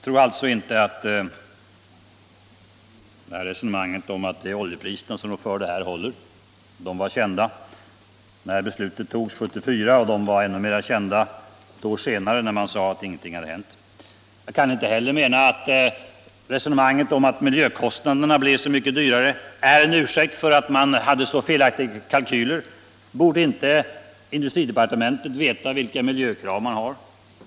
Jag tror inte på resonemanget att det är oljepriserna som rår för kostnadshöjningarna! De var kända när beslutet fattades 1974 och i ännu högre grad ett år senare. Jag kan inte heller godta talet om att det är miljökostnadernas fel. Borde inte industridepartementet veta vilka miljökrav man har?